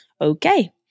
Okay